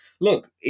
Look